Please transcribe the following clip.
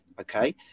Okay